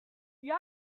you